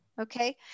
Okay